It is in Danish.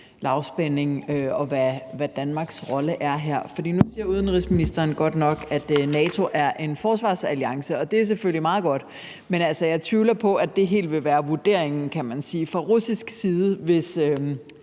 lavspændingen, og hvad Danmarks rolle er her. For nu siger udenrigsministeren godt nok, at NATO er en forsvarsalliance, og det er selvfølgelig meget godt. Men jeg tvivler på, at det helt vil være vurderingen – kan man sige – fra russisk side, hvis